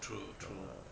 true true